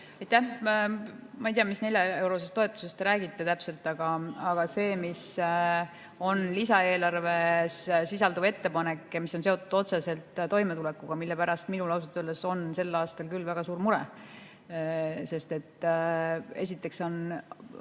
Ma ei tea, mis 4-eurosest toetusest te räägite. Aga lisaeelarves sisaldub ettepanek, mis on seotud otseselt toimetulekuga, mille pärast minul ausalt öeldes on sel aastal küll väga suur mure. Esiteks on